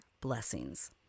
blessings